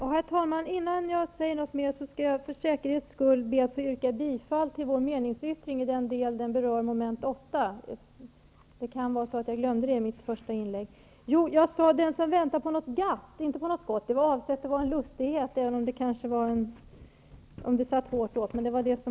Herr talman! Innan jag säger något mer skall jag för säkerhets skull be att få yrka bifall till vår meningsyttring i den del som berör mom. 8. Jag sade att den som väntar på något GATT -- inte gott -- väntar aldrig för länge. Det var avsett att vara en lustighet, även om det satt långt inne.